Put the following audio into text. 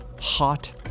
hot